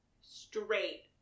straight